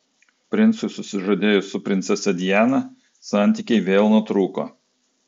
princui susižadėjus su princese diana santykiai vėl nutrūko